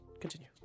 Continue